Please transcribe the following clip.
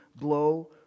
blow